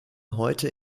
heute